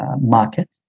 market